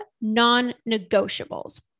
non-negotiables